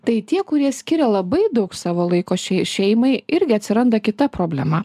tai tie kurie skiria labai daug savo laiko šeimai irgi atsiranda kita problema